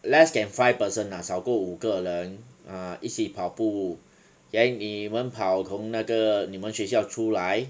less than five person lah 少过五个人 ah 一起跑步 then 你们跑从那个你们学校出来